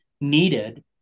needed